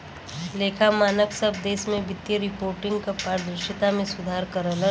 लेखा मानक सब देश में वित्तीय रिपोर्टिंग क पारदर्शिता में सुधार करलन